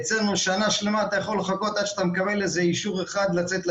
אצלנו שנה שלמה אתה יכול לחכות עד שאתה מקבל אישור אחד לצאת לדרך.